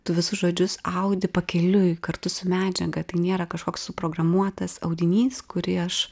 tu visus žodžius audi pakeliui kartu su medžiaga tai nėra kažkoks suprogramuotas audinys kurį aš